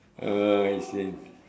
ah I see